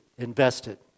Invested